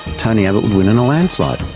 tony abbot would win in a landslide.